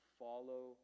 follow